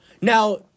Now